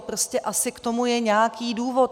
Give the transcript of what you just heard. Prostě asi k tomu je nějaký důvod.